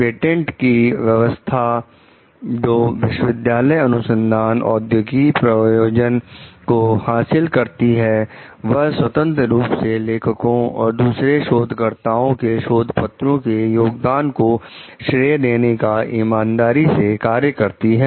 patent की व्यवस्था जो विश्वविद्यालय अनुसंधान औद्योगिक प्रयोजन को हासिल करती है वह स्वतंत्र रूप से लेखकों और दूसरे शोधकर्ताओं के शोध पत्रों के योगदान को श्रेय देने का ईमानदारी से कार्य करती है